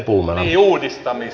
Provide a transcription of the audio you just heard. herra puhemies